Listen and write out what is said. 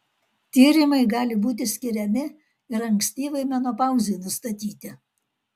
tyrimai gali būti skiriami ir ankstyvai menopauzei nustatyti